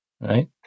Right